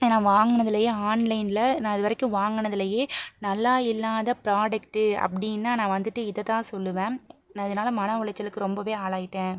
நான் வாங்கினதுலயே ஆன்லைனில் நான் இதுவரைக்கும் வாங்கினதுலயே நல்லா இல்லாத ப்ராடெக்ட் அப்படின்னா நான் வந்துட்டு இதைதான் சொல்லுவேன் நான் இதனால் மன உளைச்சலுக்கு ரொம்பவே ஆளாகிட்டேன்